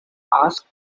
asked